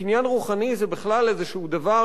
קניין רוחני זה בכלל איזה דבר,